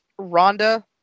Rhonda